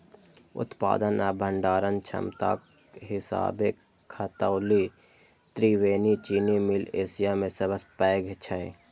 उत्पादन आ भंडारण क्षमताक हिसाबें खतौली त्रिवेणी चीनी मिल एशिया मे सबसं पैघ छै